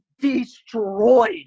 destroyed